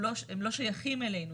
הם לא שייכים אלינו.